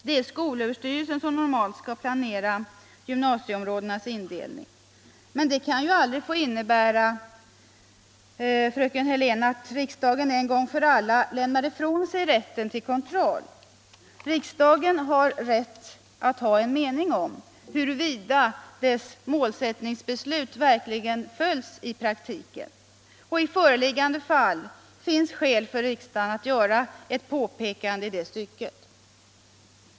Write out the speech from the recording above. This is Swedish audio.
Det är skolöverstyrelsen som normalt skall planera gymnasieområdenas indelning. Men det kan aldrig få innebära, fröken Hörlén, att riksdagen en gång för alla lämnar ifrån sig rätten till kontroll. Riksdagen har rätt att ha en mening om huruvida dess målsättningsbeslut verkligen följs i praktiken. I föreliggande fall finns skäl för riksdagen att göra ett påpekande i det stycket.